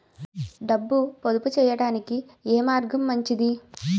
డబ్బు పొదుపు చేయటానికి ఏ మార్గం మంచిది?